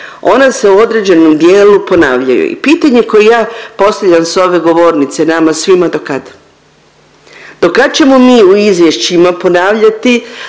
ona se u određenom dijelu ponavljaju. I pitanje koje ja postavljam s ove govornice nama svima do kad? Do kad ćemo mi u izvješćima ponavljati